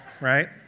Right